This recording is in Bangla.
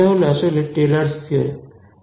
এটা হল আসলে টেলর্স থিওরেম Taylor's theorem